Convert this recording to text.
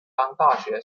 大学